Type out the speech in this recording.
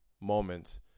moment